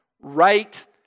right